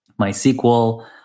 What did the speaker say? MySQL